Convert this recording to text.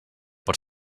per